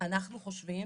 אנחנו חושבים,